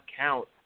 count